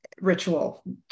ritual